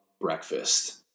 breakfast